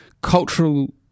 cultural